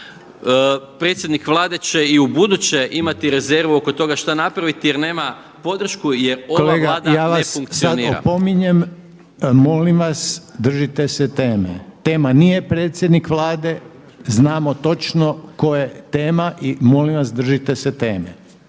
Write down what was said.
predsjednik Vlade će i u buduće imati rezervu oko toga šta napraviti jer nema podršku jer ova Vlada ne funkcionira. **Reiner, Željko (HDZ)** Kolega ja vas sad opominjem, molim vas držite se teme. Tema nije predsjednik Vlade, znamo točno tko je tema i molim vas držite se teme.